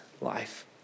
life